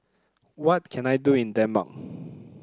what can I do in Denmark